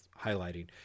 highlighting